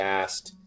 asked